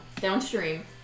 downstream